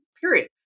period